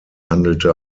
handelte